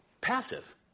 passive